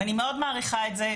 ואני מאוד מעריכה את זה,